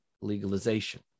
legalization